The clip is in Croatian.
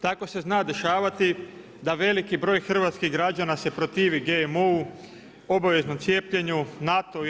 Tako se zna dešavati da veliki broj hrvatskih građana se protivi GMO-u, obaveznom cijepljenju, NATO-u i EU.